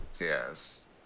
Yes